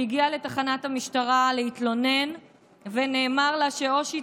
שהגיעה לתחנת המשטרה להתלונן ונאמר לה שאו שהיא